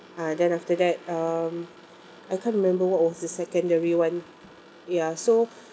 uh then after that um I can't remember what was the secondary one ya so